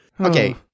Okay